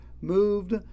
moved